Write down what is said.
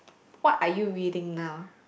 what are you reading now